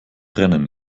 brennen